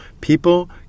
People